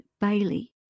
Bailey